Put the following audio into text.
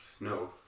no